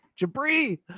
Jabri